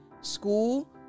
school